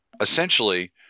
essentially